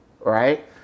right